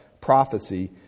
prophecy